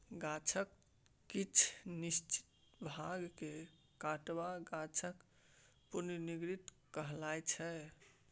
गाछक किछ निश्चित भाग केँ काटब गाछक प्रुनिंग कहाइ छै